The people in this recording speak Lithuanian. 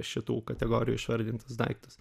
šitų kategorijų išvardintus daiktus